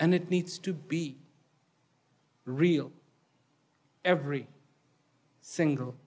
and it needs to be real every single